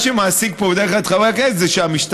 מה שמעסיק פה בדרך כלל את חברי הכנסת זה שהמשטרה,